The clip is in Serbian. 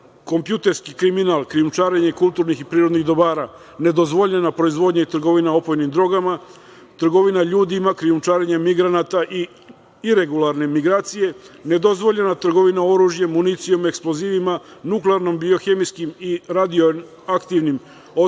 kompjuterski kriminal, krijumčarenje kulturnih i prirodnih dobara, nedozvoljena proizvodnja i trgovina opojnim drogama, trgovina ljudima, krijumčarenje migranta i regularne migracije, nedozvoljena trgovina oružjem, municijom, eksplozivima, nuklearnom biohemijskim i radioaktivnim i otrovnim